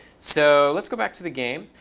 so let's go back to the game.